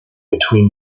between